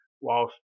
whilst